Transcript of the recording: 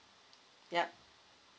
yup